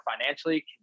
financially